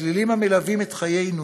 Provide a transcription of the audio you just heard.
הצלילים המלווים את חיינו